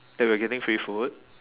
that we're getting free food